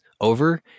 over